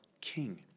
king